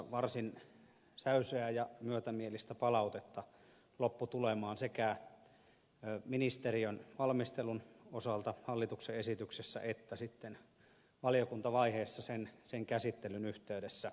varsin säyseää ja myötämielistä palautetta sekä ministeriön valmistelun osalta hallituksen esityksestä että sitten valiokuntavaiheessa sen käsittelystä